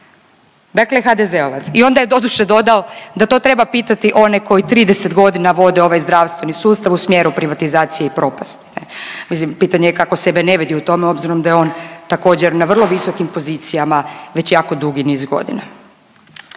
dakle HDZ-ovac i onda je doduše dodao da to treba pitati one koji 30 godina vode ovaj zdravstveni sustav u smjeru privatizacije i propasti. Mislim pitanje je kako sebe ne vidi u tome obzirom da je on također na vrlo visokim pozicijama već jako dugi niz godina.